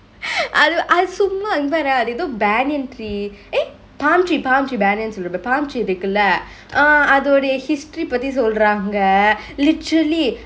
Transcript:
அது அது சும்மா இங்க பாரெ அது எதோ:athu athu summa ingkga paree athu etho banyan tree eh palm tree plam tree banyan சொல்ட்ர பாரு:soldre paaru palm tree இருக்குல:irukkule err அதோட:athode history பத்தி சொல்ட்ராங்க:patti soldrangkge literally